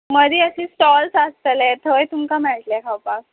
मदी अशे स्टॉल्स आसतले थंय तुमकां मेळटले खावपाक